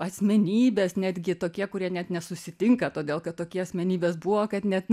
asmenybės netgi tokie kurie net nesusitinka todėl kad tokie asmenybės buvo kad net